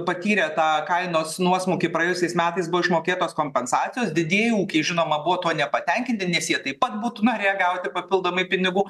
patyrė tą kainos nuosmukį praėjusiais metais buvo išmokėtos kompensacijos didieji ūkiai žinoma buvo tuo nepatenkinti nes jie taip pat būtų norėję gauti papildomai pinigų